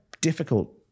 difficult